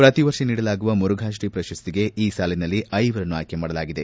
ಪ್ರತಿವರ್ಷ ನೀಡಲಾಗುವ ಮರುಘಾತ್ರೀ ಪ್ರಶಸ್ತಿಗೆ ಈ ಸಾಲಿನಲ್ಲಿ ಐವರನ್ನು ಆಯ್ಕೆ ಮಾಡಲಾಗಿದೆ